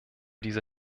diese